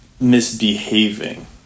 misbehaving